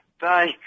Bye